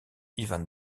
ivan